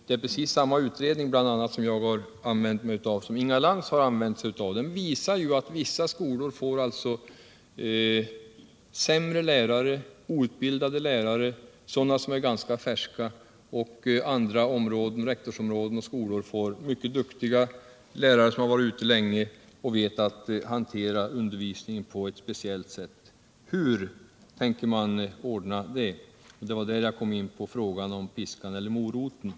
Jag har använt samma utredning som Inga Lantz, och den utredningen visar att vissa skolor får sämre lärare — outbildade lärare och sådana som är ganska färska — medan andra rektorsområden och skolor får mycket duktiga lärare, som har varit ute längre och kan hantera undervisningen på ett speciellt sätt. — Hur tänker man åstadkomma en förändring därvidlag? Det var i det sammanhanget jag kom in på frågan om piskan eller moroten.